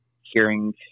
hearing